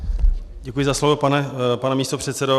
Děkuji za slovo, pane místopředsedo.